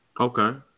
Okay